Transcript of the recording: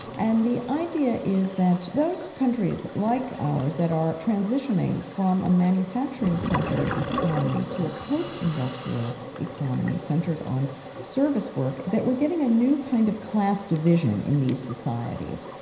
and the idea is that those countries likes like ours that are transitioning from a manufacturing-centred economy to a post-industrial economy, centred on service work, that we're getting a new kind of class division in these societies,